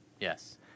yes